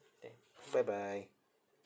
K bye bye